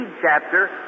chapter